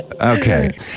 Okay